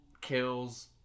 kills